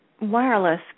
wireless